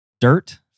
Dirt